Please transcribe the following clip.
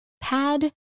pad